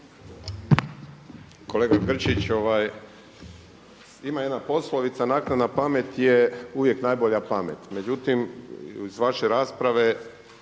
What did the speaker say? Kolega Grčić, ima jedna poslovica „Naknadna pamet je uvijek najbolja pamet.“ Međutim, iz vaše rasprave